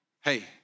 Hey